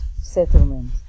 settlement